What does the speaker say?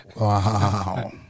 Wow